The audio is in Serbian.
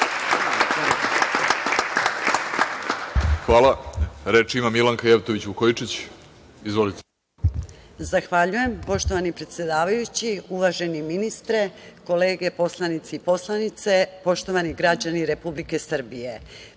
Izvolite. **Milanka Jevtović Vukojičić** Zahvaljujem poštovani predsedavajući i uvaženi ministre, kolege poslanici i poslanice, poštovani građani Republike Srbije. Pred